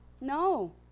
No